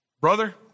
brother